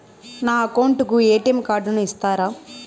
నా అకౌంట్ కు ఎ.టి.ఎం కార్డును ఇస్తారా